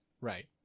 Right